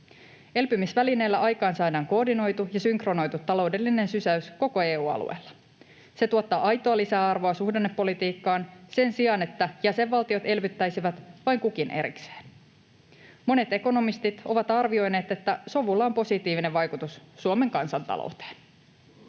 Elpymisvälineellä aikaansaadaan koordinoitu ja synkronoitu taloudellinen sysäys koko EU:n alueella. Se tuottaa aitoa lisäarvoa suhdannepolitiikkaan sen sijaan, että jäsenvaltiot elvyttäisivät vain kukin erikseen. Monet ekonomistit ovat arvioineet, että sovulla on positiivinen vaikutus Suomen kansantalouteen.